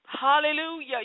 Hallelujah